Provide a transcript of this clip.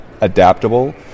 adaptable